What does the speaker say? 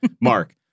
Mark